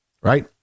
Right